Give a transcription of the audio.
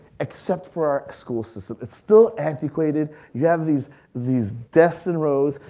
except for our school system. it's still antiquated. you have these these desks and rows.